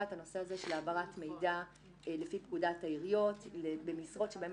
את הנושא של העברת המידע לפי פקודת העיריות במשרות שבהן